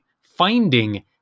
finding